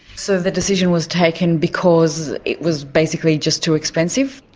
so the decision was taken because it was basically just too expensive?